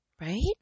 Right